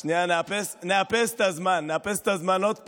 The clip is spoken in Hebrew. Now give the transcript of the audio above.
שנייה, נאפס את הזמן עוד פעם.